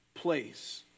place